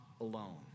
alone